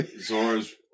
Zora's